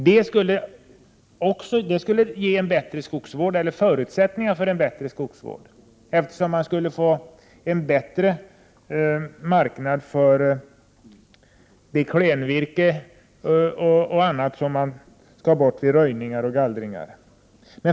Det skulle ge förutsättningar för en bättre skogsvård, eftersom man skulle få en bättre marknad för klenvirke och annat som skall bort vid röjning och gallring.